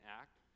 act